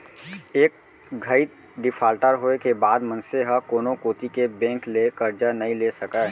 एक घइत डिफाल्टर होए के बाद मनसे ह कोनो कोती के बेंक ले करजा नइ ले सकय